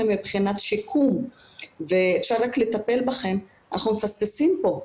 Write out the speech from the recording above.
מבחינת שיקום ואפשר רק לטפל בכם' אנחנו מפספסים פה,